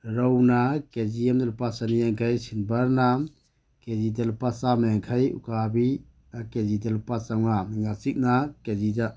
ꯔꯧꯅ KG ꯑꯃꯗ ꯂꯨꯄꯥ ꯆꯅꯤ ꯌꯥꯡꯈꯩ ꯁꯤꯜꯕꯔꯅ ꯀꯦꯖꯤꯗ ꯂꯨꯄꯥ ꯆꯥꯝ ꯌꯥꯡꯈꯩ ꯎꯀꯥꯕꯤ ꯀꯦꯖꯤꯗ ꯂꯨꯄꯥ ꯆꯃꯉꯥ ꯉꯥꯆꯤꯛꯅ ꯀꯦꯖꯤꯗ